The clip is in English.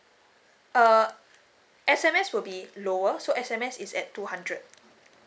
err S_M_S will be lower so S_M_S is at two hundred